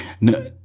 No